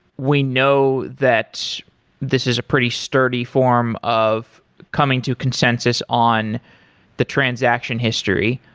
we know that this is a pretty sturdy form of coming to consensus on the transaction history,